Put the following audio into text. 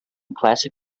classic